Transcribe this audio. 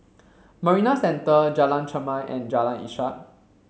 Marina Centre Jalan Chermai and Jalan Ishak